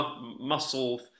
muscle